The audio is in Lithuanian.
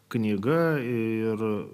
knyga ir